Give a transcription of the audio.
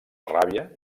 ràbia